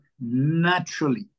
naturally